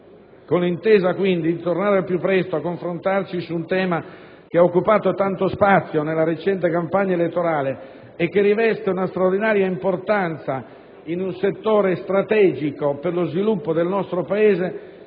Con l'intesa, quindi, di tornare al più presto a confrontarci su un tema che ha occupato tanto spazio nella recente campagna elettorale e che riveste una straordinaria importanza in un settore strategico per lo sviluppo del nostro Paese,